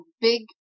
big